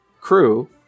crew